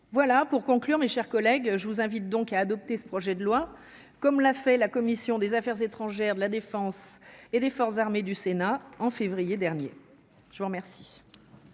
Voilà pour conclure, mes chers collègues, je vous invite donc à adopter ce projet de loi, comme l'a fait, la commission des Affaires étrangères de la Défense et des forces armées du Sénat, en février dernier, je vous remercie.